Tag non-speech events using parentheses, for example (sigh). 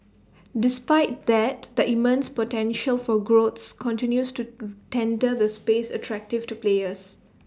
despite that the immense potential for growth continues to (noise) render the space attractive to players